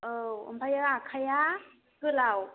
औ ओमफ्रायो आखाइआ गोलाव